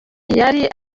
yari